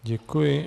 Děkuji.